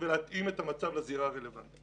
ראינו גם מקרים ששוטרים הצילו אזרחים ישראלים.